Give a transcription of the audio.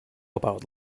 about